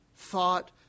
thought